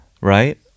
right